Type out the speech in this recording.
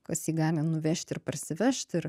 kas jį gali nuvežti ir parsivežt ir